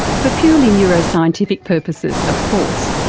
for purely neuroscientific purposes of course!